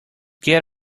get